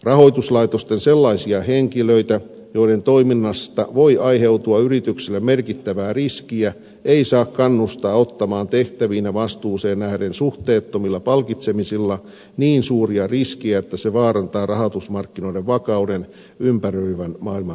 rahoituslaitosten sellaisia henkilöitä joiden toiminnasta voi aiheutua yritykselle merkittävää riskiä ei saa kannustaa tehtäviin ja vastuuseen nähden suhteettomilla palkitsemisilla ottamaan niin suuria riskejä että ne vaarantavat rahoitusmarkkinoiden vakauden ympäröivän maailman muuttuessa